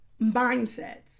Mindsets